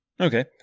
Okay